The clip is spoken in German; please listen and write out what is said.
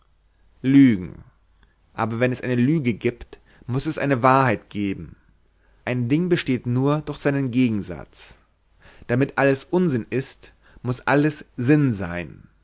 lügen aber wenn es eine lüge gibt muß es eine wahrheit geben ein ding besteht nur durch seinen gegensatz damit alles unsinn ist muß alles sinn sein